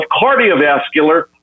cardiovascular